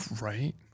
Right